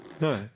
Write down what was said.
no